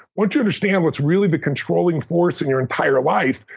once you understand what's really the controlling force in your entire life,